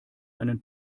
einen